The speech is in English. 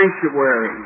sanctuary